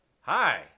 Hi